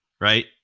right